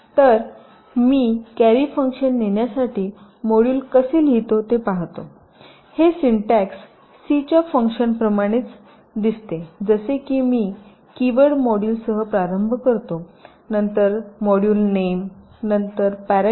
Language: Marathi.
तर मी कॅरी फंक्शन नेण्यासाठी मॉड्यूल कसे लिहितो ते पाहतो हे सिंटॅक्स सी च्या फंक्शन प्रमाणेच दिसते जसे की मी कीवर्ड मॉड्यूलसह प्रारंभ करतो नंतर मॉड्यूल नेम नंतर पॅरामीटर्स